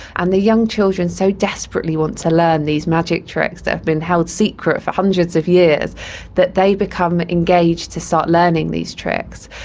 and the young children so desperately wants to learn these magic tricks that have been held secret for hundreds of years that they become engaged to start learning these tricks.